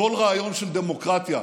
כל הרעיון של דמוקרטיה,